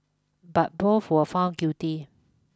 but both were found guilty